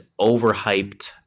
overhyped